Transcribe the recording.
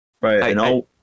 Right